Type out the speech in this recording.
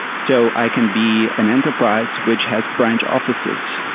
so i can be an enterprise which has branch offices,